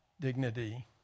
dignity